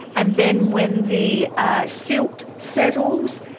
and then when the ah silt settles,